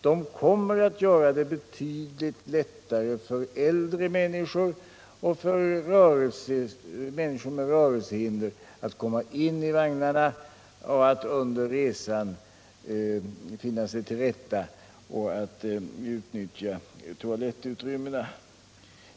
De kommer att göra det betydligt lättare för äldre människor och för människor med rörelsehinder att komma in i vagnarna, att under resan finna sig till rätta och att utnyttja toalettutrymmena.